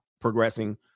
progressing